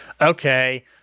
okay